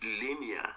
linear